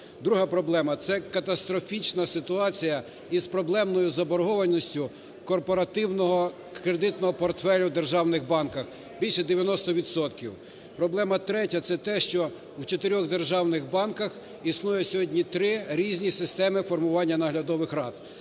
Друга проблема - це катастрофічна ситуація із проблемною заборгованістю корпоративного кредитного портфелю в державних банках, більше 90 відсотків. Проблема третя - це те, що в чотирьох державних банках існує сьогодні три різні системи формування наглядових рад.